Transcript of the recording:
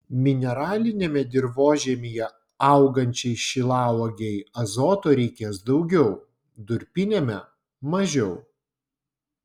mineraliniame dirvožemyje augančiai šilauogei azoto reikės daugiau durpiniame mažiau